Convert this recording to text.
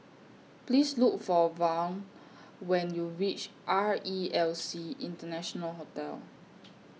Please Look For Vaughn when YOU REACH R E L C International Hotel